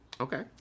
Okay